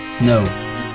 No